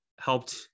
helped